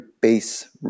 base